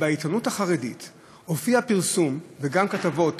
שבעיתונות החרדית הופיעו פרסום וגם כתבות